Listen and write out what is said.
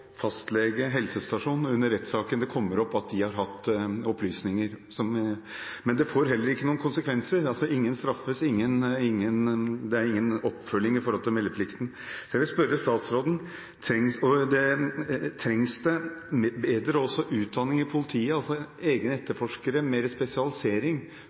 fastlege og helsestasjon har hatt opplysninger. Men det får heller ikke noen konsekvenser – ingen straffes, det er ingen oppfølging når det gjelder meldeplikten. Så jeg vil spørre statsråden: Trengs det også bedre utdanning i politiet, egne etterforskere, mer spesialisering